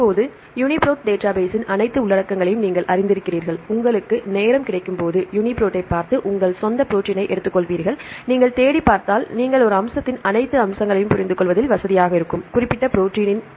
இப்போது யூனிபிரோட் டேட்டாபேஸ்ஸின் அனைத்து உள்ளடக்கங்களையும் நீங்கள் அறிந்திருக்கிறீர்கள் உங்களுக்கு நேரம் கிடைக்கும்போது நீங்கள் யூனிபிரோட்டைப் பார்த்து உங்கள் சொந்த ப்ரோடீன்னை எடுத்துக்கொள்வீர்கள் நீங்கள் தேடிப் படித்தால் நீங்கள் ஒரு அம்சத்தின் அனைத்து அம்சங்களையும் புரிந்துகொள்வதில் வசதியாக இருக்கும் குறிப்பிட்ட ப்ரோடீன் ஆகும்